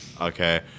Okay